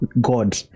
god